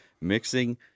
mixing